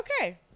Okay